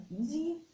easy